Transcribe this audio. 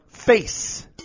face